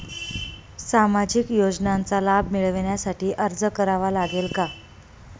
सामाजिक योजनांचा लाभ मिळविण्यासाठी अर्ज करावा लागेल का?